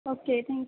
okay thank